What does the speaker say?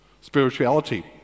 spirituality